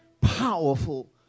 powerful